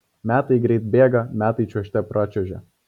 metai greit bėga metai čiuožte pračiuožia